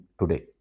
today